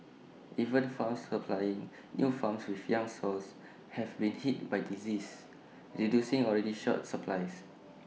even farms supplying new farms with young sows have been hit by disease reducing already short supplies